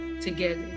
together